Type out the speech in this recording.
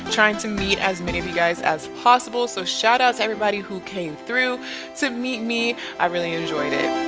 trying to meet as many of you guys as possible. so shout out to everybody who came through to meet me. i really enjoyed it.